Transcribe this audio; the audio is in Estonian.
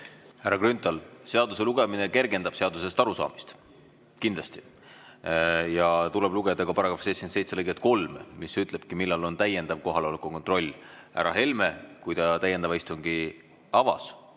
Härra Grünthal, seaduse lugemine kergendab seadusest arusaamist kindlasti. Ja tuleb lugeda ka § 77 lõiget 3, mis ütleb, millal on täiendav kohaloleku kontroll. Härra Helme, kui ta täiendava istungi avas,